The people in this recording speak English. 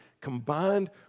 combined